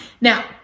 Now